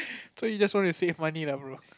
so you just want to save money lah bro